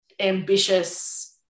ambitious